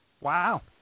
Wow